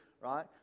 right